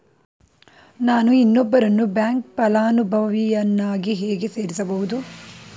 ನಾನು ಇನ್ನೊಬ್ಬರನ್ನು ಬ್ಯಾಂಕ್ ಫಲಾನುಭವಿಯನ್ನಾಗಿ ಹೇಗೆ ಸೇರಿಸಬಹುದು?